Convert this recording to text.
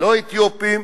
ולא אתיופים